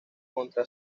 contra